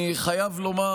אני חייב לומר